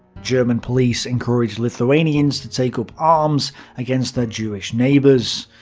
german police encouraged lithuanians to take up arms against their jewish neighbours.